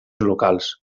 locals